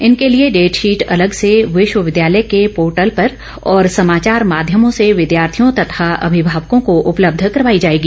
इनके लिए डेटशीट अलग से विश्वविद्यालय के पोर्टल पर और समाचार माध्यमों से विद्यार्थियों तथा अभिभावकों को उपलब्ध करवाई जाएगी